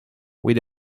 with